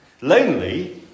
Lonely